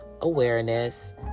awareness